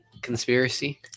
conspiracy